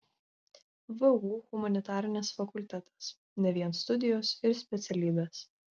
vu humanitarinis fakultetas ne vien studijos ir specialybės